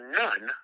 none